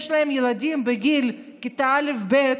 יש להם ילדים בגיל כיתות א'-ב'